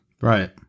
Right